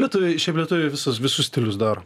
lietuviai šiaip lietuviai visus visus stilius daro